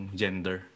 gender